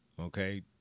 okay